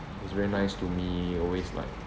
he was very nice to me always like